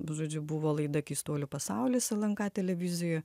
žodžiu buvo laida keistuolių pasaulis lnk televizijoj